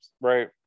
right